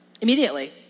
immediately